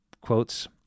quotes